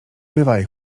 bywaj